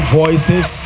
voices